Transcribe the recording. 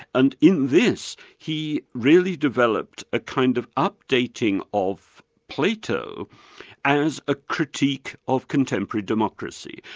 and in this, he really developed a kind of updating of plato as a critique of contemporary democracy,